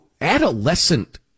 adolescent